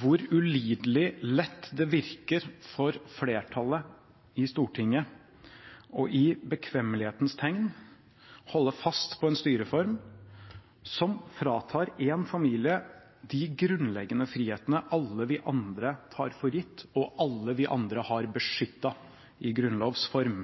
hvor ulidelig lett det virker for flertallet i Stortinget i bekvemmelighetens tegn å holde fast på en styreform som fratar en familie de grunnleggende frihetene som alle vi andre tar for gitt, og som alle vi andre er beskyttet av i grunnlovs form,